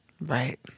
Right